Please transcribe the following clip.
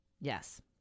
Yes